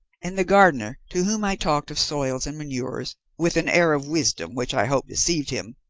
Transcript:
and the gardener, to whom i talked of soils and manures, with an air of wisdom which i hope deceived him,